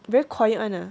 very quiet [one] ah